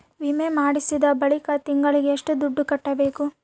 ವಿಮೆ ಮಾಡಿಸಿದ ಬಳಿಕ ತಿಂಗಳಿಗೆ ಎಷ್ಟು ದುಡ್ಡು ಕಟ್ಟಬೇಕು?